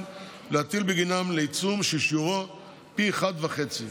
להטיל בגינן לעיצום ששיעורו פי אחד וחצי,